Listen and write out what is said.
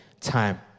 time